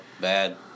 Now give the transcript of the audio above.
bad